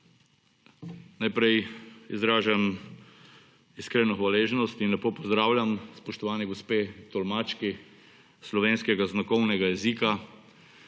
Najprej izražam iskreno hvaležnost in lepo pozdravljam spoštovani gospe tolmački slovenskega znakovnega jezika.